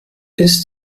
ist